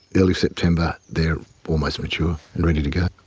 early september, they're almost mature and ready to go.